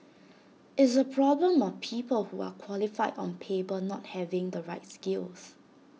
it's A problem of people who are qualified on paper not having the right skills